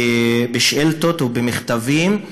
בשאילתות ובמכתבים,